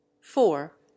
four